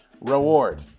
reward